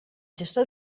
gestor